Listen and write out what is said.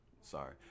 sorry